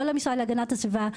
לא משרד הגנת הסביבה,